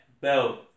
belt